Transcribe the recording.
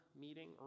meeting